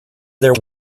there